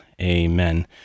Amen